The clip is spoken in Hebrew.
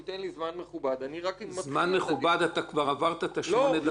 זמן מכובד- -- כבר עברת את השמונה דקות.